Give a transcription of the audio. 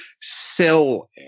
sell